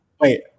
Wait